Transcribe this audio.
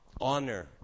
Honor